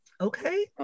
Okay